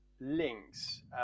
links